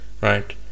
right